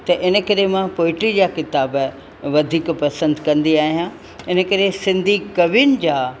त इन करे मां पोइट्री जा किताब वधीक पसंदि कंदी आहियां इन करे सिंधी कवियुनि जा